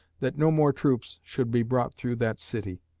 that no more troops should be brought through that city.